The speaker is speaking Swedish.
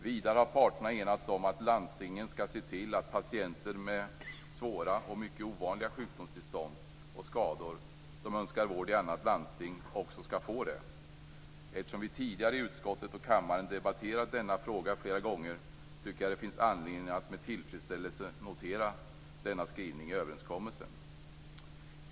Vidare har parterna enats om att landstingen skall se till att patienter med svåra och mycket ovanliga sjukdomstillstånd och skador som önskar vård i annat landsting också skall få det. Eftersom vi tidigare i utskottet och här i kammaren debatterat frågan flera gånger tycker jag att det finns anledning att med tillfredsställelse notera denna skrivning i överenskommelsen.